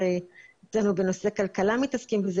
אצלנו בנושא כלכלה מתעסקים בזה,